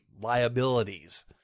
liabilities